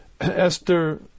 Esther